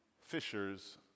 fishers